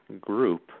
group